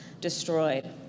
destroyed